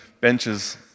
benches